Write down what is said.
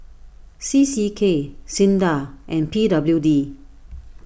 C C K Sinda and P W D